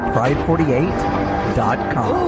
Pride48.com